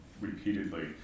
repeatedly